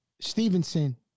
Stevenson